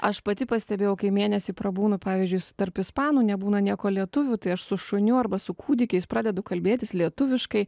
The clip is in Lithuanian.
aš pati pastebėjau kai mėnesį prabūnu pavyzdžiui su tarp ispanų nebūna nieko lietuvių tai aš su šuniu arba su kūdikiais pradedu kalbėtis lietuviškai